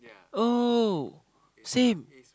oh same